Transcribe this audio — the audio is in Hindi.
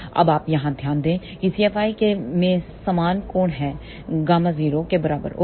अब आप यहाँ ध्यान दें कि cFi में समान कोण है Γ0 के बराबर ओके